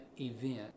event